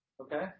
Okay